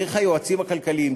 דרך היועצים הכלכליים,